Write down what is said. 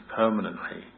permanently